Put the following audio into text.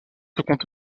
comptait